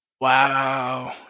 Wow